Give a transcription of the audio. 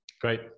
Great